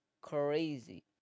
crazy